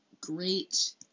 great